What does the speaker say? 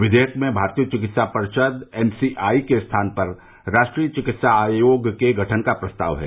विवेयक में भारतीय चिकित्सा परिषद एम सी आई के स्थान पर राष्ट्रीय चिकित्सा आयोग के गठन का प्रस्ताव है